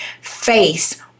face